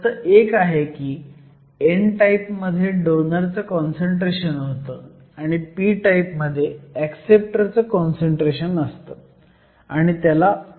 फक्त एक आहे की n टाईप मध्ये डोनरचं काँसंट्रेशन होतं आणि p टाईप मध्ये ऍक्सेप्टरचं काँसंट्रेशन असतं आणि त्याला उणे चिन्ह आहे